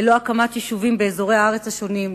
ללא הקמת יישובים באזורי הארץ השונים,